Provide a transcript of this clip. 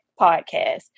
podcast